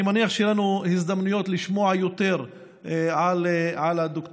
אני מניח שיהיו לנו הזדמנויות לשמוע יותר על הדוקטורט.